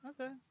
Okay